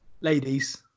Ladies